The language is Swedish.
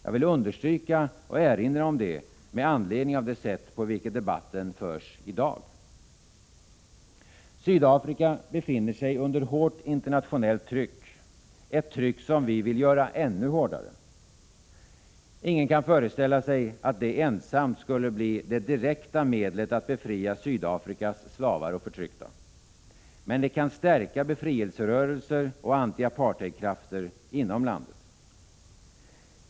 Jag vill understryka och erinra om detta med anledning av det sätt på vilket debatten förs i dag. Sydafrika befinner sig under hårt internationellt tryck. Ett tryck som vi vill göra ännu hårdare. Ingen kan föreställa sig, att detta ensamt skulle kunna bli det direkta medlet att befria Sydafrikas slavar och förtryckta. Men det kan stärka befrielserörelser och anti-apartheidkrafter inom landet.